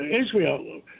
Israel